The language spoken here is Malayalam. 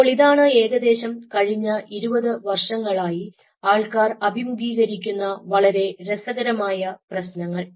അപ്പോൾ ഇതാണ് ഏകദേശം കഴിഞ്ഞ 20 വർഷങ്ങളായി ആൾക്കാർ അഭിമുഖീകരിക്കുന്ന വളരെ രസകരമായ പ്രശ്നങ്ങൾ